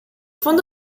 fonds